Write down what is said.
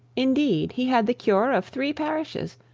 indeed, he had the cure of three parishes,